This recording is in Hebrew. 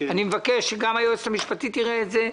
אני מבקש שגם היועצת המשפטית לוועדה תראה את זה,